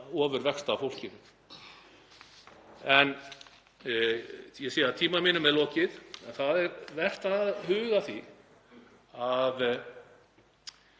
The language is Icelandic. ofurvexti af fólkinu. Ég sé að tíma mínum er lokið en það er vert að huga að því að